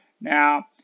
Now